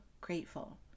grateful